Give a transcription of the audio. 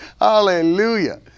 Hallelujah